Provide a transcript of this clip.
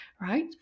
right